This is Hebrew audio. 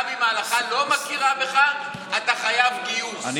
גם אם ההלכה לא מכירה בך אתה חייב גיוס,